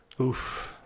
Oof